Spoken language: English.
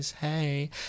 Hey